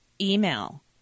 email